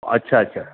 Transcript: अच्छा अच्छा